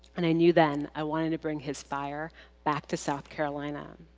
and i knew then i wanted to bring his fire back to south carolina.